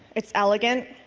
it's elegant,